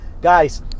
Guys